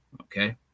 Okay